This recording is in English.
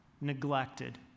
neglected